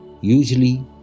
usually